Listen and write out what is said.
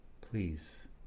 Please